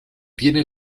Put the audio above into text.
tiene